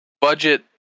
budget